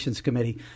Committee